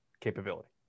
capability